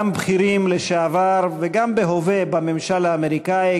גם בכירים לשעבר בממשל האמריקני,